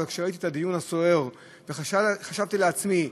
אבל כשראיתי את הדיון הסוער חשבתי לעצמי: